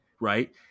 Right